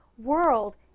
world